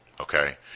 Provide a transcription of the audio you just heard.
Okay